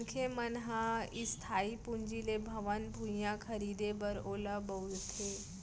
मनखे मन ह इस्थाई पूंजी ले भवन, भुइयाँ खरीदें बर ओला बउरथे